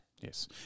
Yes